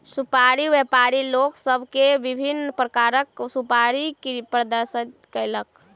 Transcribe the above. सुपाड़ी व्यापारी लोक सभ के विभिन्न प्रकारक सुपाड़ी प्रदर्शित कयलक